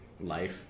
life